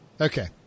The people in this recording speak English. okay